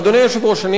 אדוני היושב-ראש,